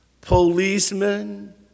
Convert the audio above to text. policemen